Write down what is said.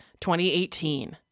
2018